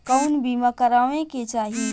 कउन बीमा करावें के चाही?